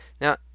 Now